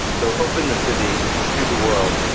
so open the city to the world,